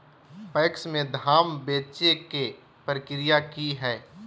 PACS में धाम बेचे के प्रक्रिया की हय?